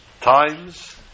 times